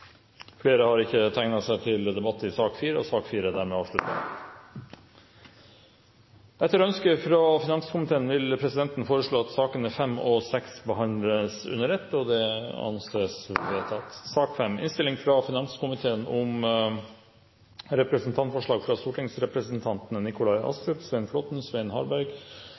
Flere har ikke bedt om ordet til sak nr. 4. Etter ønske fra finanskomiteen vil presidenten foreslå at sakene nr. 5 og 6 behandles under ett. – Det anses vedtatt. Etter ønske fra finanskomiteen